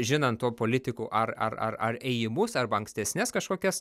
žinant to politikų ar ar ar ar ėjimus arba ankstesnes kažkokias